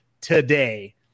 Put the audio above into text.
today